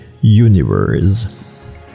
universe